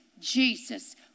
Jesus